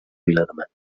viladamat